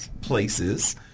places